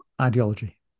ideology